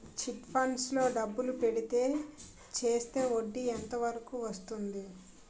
Chit funds లో డబ్బులు పెడితే చేస్తే వడ్డీ ఎంత వరకు వస్తుంది?